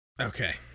Okay